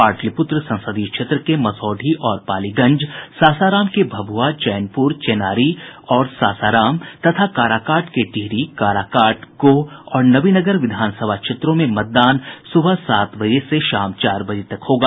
पाटलिप्त्र संसदीय क्षेत्र के मसौढ़ी और पालीगंज सासाराम के भभूआ चैनपूर चेनारी और सासाराम तथा काराकाट के डिहरी काराकाट गोह और नवीनगर विधानसभा क्षेत्रों में मतदान सुबह सात बजे से शाम चार बजे तक होगा